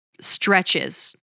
stretches